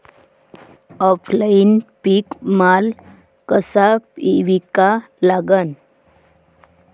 Online पीक माल कसा विका लागन?